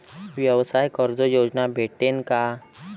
व्यवसाय कर्ज योजना भेटेन का?